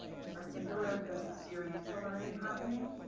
in particular, there's experiential learning happening,